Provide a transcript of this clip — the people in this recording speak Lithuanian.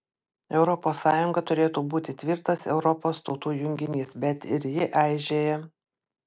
europos sąjunga turėtų būti tvirtas europos tautų junginys bet ir ji aižėja